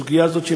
בסוגיה הזאת,